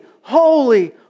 holy